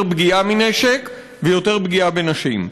יותר פגיעה מנשק ויותר פגיעה בנשים.